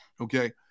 Okay